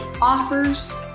offers